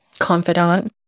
Confidant